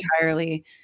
entirely